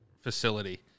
facility